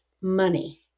money